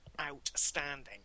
outstanding